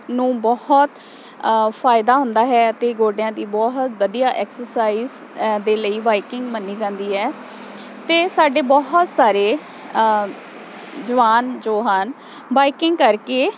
ਨੂੰ ਬਹੁਤ ਫ਼ਾਇਦਾ ਹੁੰਦਾ ਹੈ ਅਤੇ ਗੋਡਿਆਂ ਦੀ ਬਹੁਤ ਵਧੀਆ ਐਕਸਰਸਾਈਜ਼ ਦੇ ਲਈ ਬਾਈਕਿੰਗ ਮੰਨੀ ਜਾਂਦੀ ਹੈ ਅਤੇ ਸਾਡੇ ਬਹੁਤ ਸਾਰੇ ਜਵਾਨ ਜੋ ਹਨ ਬਾਈਕਿੰਗ ਕਰਕੇ